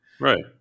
Right